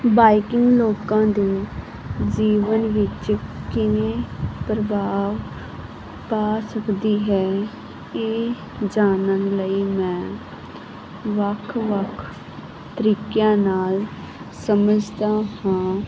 biking ਲੋਕਾਂ ਦੇ ਜੀਵਨ ਵਿੱਚ ਕਿਵੇਂ ਪ੍ਰਭਾਵ ਪਾ ਸਕਦੀ ਹੈ ਇਹ ਜਾਨਣ ਲਈ ਮੈਂ ਵੱਖ ਵੱਖ ਤਰੀਕਿਆਂ ਨਾਲ ਸਮਝਦਾ ਹਾਂ